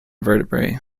vertebrae